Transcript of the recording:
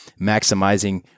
maximizing